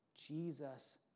Jesus